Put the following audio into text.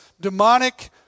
demonic